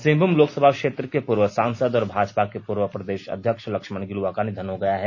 सिंहभूम लोकसभा क्षेत्र के पूर्व सांसद और भाजपा के पूर्व प्रदेश अध्यक्ष लक्ष्मण गिलुवा का निधन हो गया है